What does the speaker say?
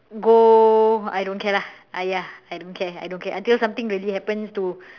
go I don't care lah !aiya! I don't care I don't care until something really happens to